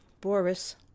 Boris